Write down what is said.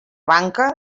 banca